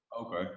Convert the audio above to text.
okay